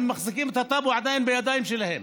הם מחזיקים את הטאבו עדיין בידיים שלהם.